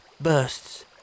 bursts